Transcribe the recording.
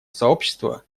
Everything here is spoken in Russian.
сообщества